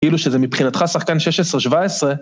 כאילו שזה מבחינתך שחקן 16-17